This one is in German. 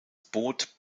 boot